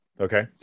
Okay